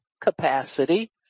capacity